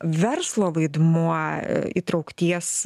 verslo vaidmuo įtraukties